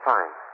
Fine